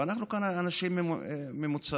ואנחנו כאן אנשים ממוצעים,